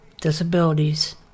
disabilities